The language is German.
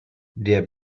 der